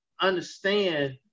understand